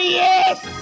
yes